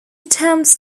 attempts